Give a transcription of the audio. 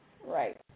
Right